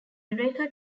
eureka